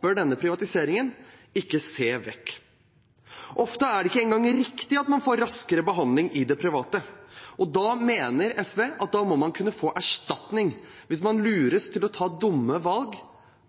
denne privatiseringen – og ikke se vekk. Ofte er det ikke engang riktig at man får raskere behandling i det private. Da mener SV at man må kunne få erstatning, hvis man lures til å ta dumme valg